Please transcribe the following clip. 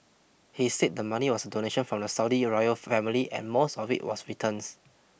he said the money was a donation from the Saudi royal family and most of it was returns